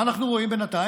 מה אנחנו רואים בינתיים?